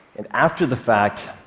and after the fact,